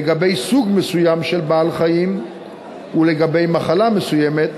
לגבי סוג מסוים של בעל-חיים ולגבי מחלה מסוימת,